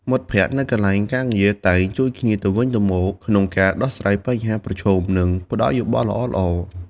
មិត្តភក្តិនៅកន្លែងការងារតែងជួយគ្នាទៅវិញទៅមកក្នុងការដោះស្រាយបញ្ហាប្រឈម និងផ្តល់យោបល់ល្អៗ។